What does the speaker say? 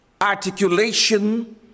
articulation